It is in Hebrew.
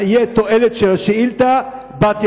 אולי